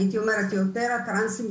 הייתי אומרת יותר הטרנסים,